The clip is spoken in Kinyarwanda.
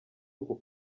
uku